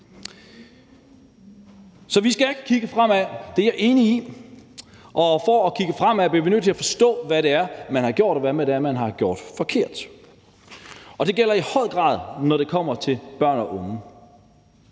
Så vi skal kigge fremad – det er jeg enig i – og for at kigge fremad bliver vi nødt til at forstå, hvad det er, man har gjort, og hvad det er, man har gjort forkert, og det gælder i høj grad, når det kommer til børn og unge.